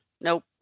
nope